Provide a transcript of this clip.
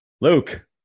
Luke